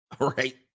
right